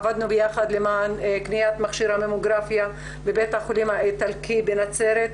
עבדנו יחד לקניית מכשיר הממוגרפיה לבית-החולים האיטלקי בנצרת.